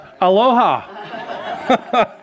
Aloha